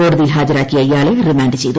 കോടതിയിൽ ഹാജരാക്കിയ ഇയാളെ റിമാന്റ് ചെയ്തു